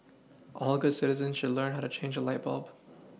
all good citizens should learn how to change a light bulb